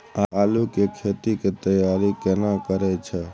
आलू के खेती के तैयारी केना करै छै?